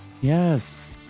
Yes